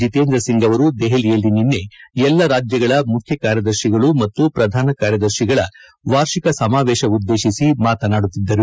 ಜಿತೇಂದ್ರ ಸಿಂಗ್ ಅವರು ದೆಹಲಿಯಲ್ಲಿ ನಿನ್ನೆ ಎಲ್ಲ ರಾಜ್ಜಗಳ ಮುಖ್ಯ ಕಾರ್ಯದರ್ಶಿಗಳು ಮತ್ತು ಪ್ರಧಾನ ಕಾರ್ಯದರ್ಶಿಗಳ ವಾರ್ಷಿಕ ಸಮಾವೇಶ ಉದ್ವೇಶಿಸಿ ಮಾತನಾಡುತ್ತಿದ್ದರು